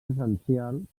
essencial